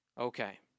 Okay